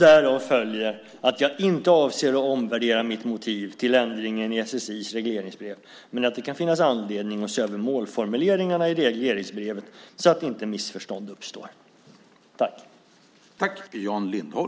Därav följer att jag inte avser att omvärdera mitt motiv till ändringen i SSI:s regleringsbrev men att det kan finnas anledning att se över målformuleringarna i regleringsbrevet så att missförstånd inte uppstår.